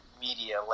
media